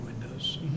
windows